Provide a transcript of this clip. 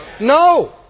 No